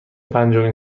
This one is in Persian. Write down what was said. پنجمین